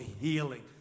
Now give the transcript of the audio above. healing